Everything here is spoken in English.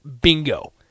Bingo